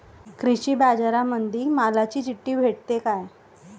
कृषीबाजारामंदी मालाची चिट्ठी भेटते काय?